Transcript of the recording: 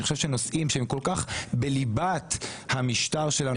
אני חושב שנושאים שהם כל כך בליבת המשטר שלנו